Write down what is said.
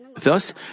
Thus